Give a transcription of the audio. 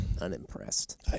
Unimpressed